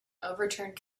overturned